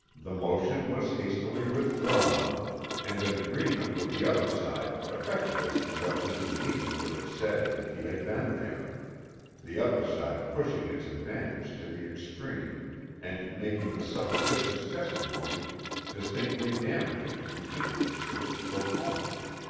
the motion was hastily withdrawn and an agreement with the other side effected as to what mr. deemer would have said if he had been there the other side pushing its advantage to the extreme and making the supposititious testimony distinctly damaging to the interests of its proponents.